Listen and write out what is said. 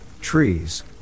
trees